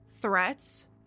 threats